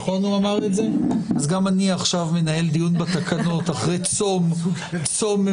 גם אני עכשיו מנהל דיון בתקנות אחרי צום ממושך.